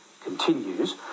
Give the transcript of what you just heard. continues